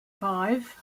five